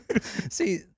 See